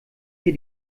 ihr